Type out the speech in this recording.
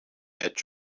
edge